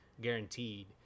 guaranteed